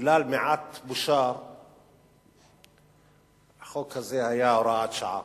בגלל מעט בושה החוק הזה היה הוראת שעה.